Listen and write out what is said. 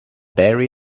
bury